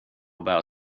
about